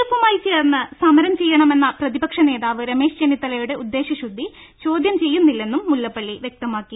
എഫുമായി ചേർന്ന് സമരം ചെയ്യണമെന്ന പ്രതിപ ക്ഷനേതാവ് രമേശ് ചെന്നിത്തലയുടെ ഉദ്ദേശ ശുദ്ധി ചോദ്യം ചെയ്യു ന്നില്ലെന്നും മുല്ലപ്പള്ളി വൃക്തമാക്കി